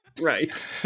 Right